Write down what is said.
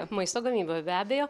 maisto gamyboj be abejo